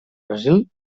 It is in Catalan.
brasil